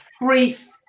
brief